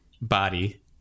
body